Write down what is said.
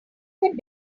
had